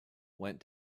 went